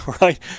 right